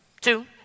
Two